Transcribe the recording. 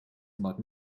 about